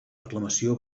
reclamació